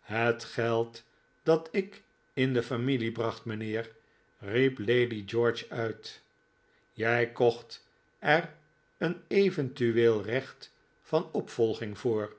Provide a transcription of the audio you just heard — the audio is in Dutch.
het geld dat ik in de familie bracht mijnheer riep lady george uit jij kocht er een eventueel recht van opvolging voor